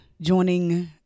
joining